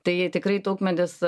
tai jei tikrai taukmedis